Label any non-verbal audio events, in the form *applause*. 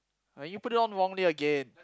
*noise* you put it on wrongly again